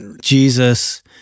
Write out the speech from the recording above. Jesus